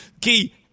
Key